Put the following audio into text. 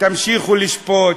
תמשיכו לשפוט,